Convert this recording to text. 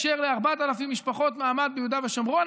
אישר ל-4,000 משפחות מעמד ביהודה ושומרון,